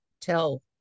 tell